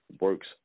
works